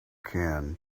can